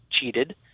cheated